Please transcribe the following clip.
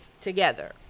together